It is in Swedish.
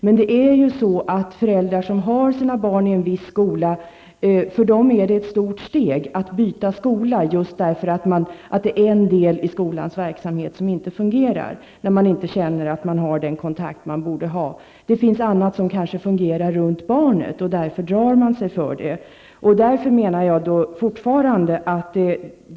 Men för föräldrar som har sina barn i en viss skola är det ett stort steg att byta skola därför att en del av skolans verksamhet inte fungerar när man inte känner att man har den kontakt man borde ha. Det finns kanske annat -- runt barnet -- som fungerar; då drar man sig för det.